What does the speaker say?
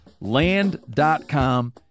Land.com